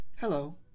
Hello